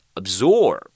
absorb